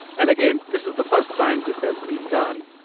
and again, this is the first time this has been done.